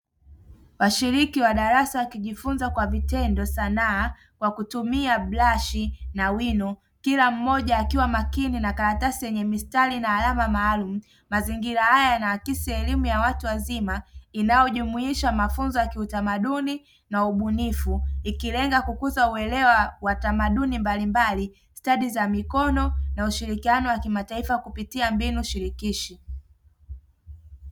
Washiriki wa darasa wakijifunza kwa vitendo sanaa wakitumia brashi na wino, kila mmoja akiwa makini na karatasi yenye mistari na alama maalumu. Mazingira haya yanaakisi elimu ya watu wazima inayojumuisha mafunzo ya kiutamaduni na ubunifu ikilenga kukuza uelewa wa tamaduni mbalimbali, stadi za mikono na ushirikiano wa kimataifa kupitia mbinu shirikishi.